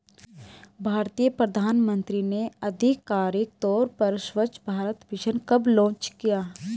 भारतीय प्रधानमंत्री ने आधिकारिक तौर पर स्वच्छ भारत मिशन कब लॉन्च किया?